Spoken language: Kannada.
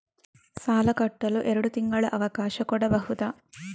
ಸಾಲ ಕಟ್ಟಲು ಎರಡು ತಿಂಗಳ ಅವಕಾಶ ಕೊಡಬಹುದಾ?